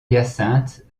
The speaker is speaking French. hyacinthe